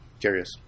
curious